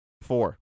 Four